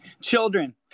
children